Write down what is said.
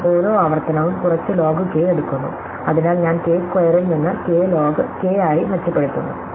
അതിനാൽ ഓരോ ആവർത്തനവും കുറച്ച് ലോഗ് കെ എടുക്കുന്നു അതിനാൽ ഞാൻ k സ്ക്വയറിൽ നിന്ന് k ലോഗ് കെ ആയി മെച്ചപ്പെടുത്തുന്നു